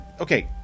okay